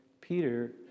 Peter